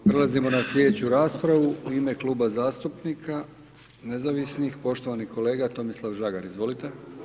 Prelazimo na slijedeću raspravu u ime Kluba zastupnika nezavisnih, poštovani kolega Tomislav Žagar, izvolite.